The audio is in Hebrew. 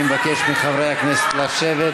אני מבקש מחברי הכנסת לשבת.